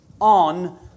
on